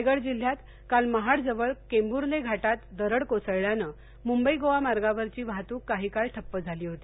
रायगड जिल्ह्यात काल महाड जवळ केंबुर्ले घाटात दरड कोसळल्यानं मुंबई गोवा मार्गावरची वाहतुक काही काळ ठप्प ज्ञाली होती